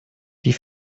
die